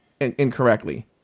incorrectly